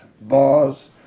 bars